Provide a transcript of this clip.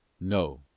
No